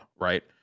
right